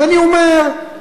ואני אומר,